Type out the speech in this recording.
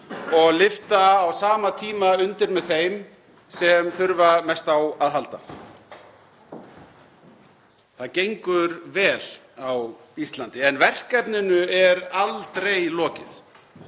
og lyfta á sama tíma undir með þeim sem þurfa mest á að halda. Það gengur vel á Íslandi en verkefninu er aldrei lokið;